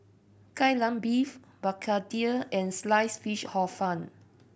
Kai Lan Beef begedil and slice fish Hor Fun